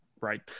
right